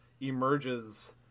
emerges